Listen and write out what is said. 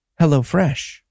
HelloFresh